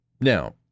Now